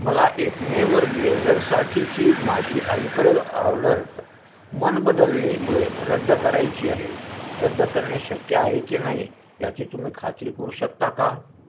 मला एपमेवर ब्लेझरसाठीची माझी अलीकडील ऑर्डर मन बदलले मुळे रद्द करायची आहे रद्द करणे शक्य आहे की नाही याची तुम्ही खात्री करू शकता का